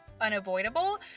unavoidable